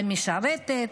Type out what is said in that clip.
המשרתת,